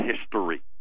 history